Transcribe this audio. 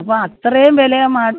അപ്പോൾ അത്രേം വില മാറി